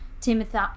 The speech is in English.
Timothy